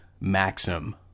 Maxim